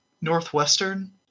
Northwestern